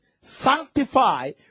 Sanctify